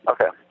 Okay